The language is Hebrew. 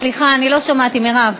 סליחה, לא שמעתי, מירב.